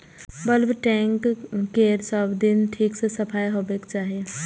bulk tank केर सब दिन ठीक सं सफाइ होबाक चाही